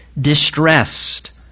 distressed